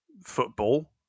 football